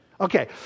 Okay